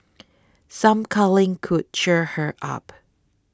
some cuddling could cheer her up